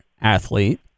athlete